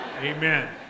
Amen